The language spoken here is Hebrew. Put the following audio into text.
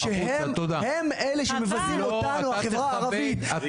שהם אלה שמבזים אותנו החברה הערבית -- תוציאו אותו החוצה בבקשה,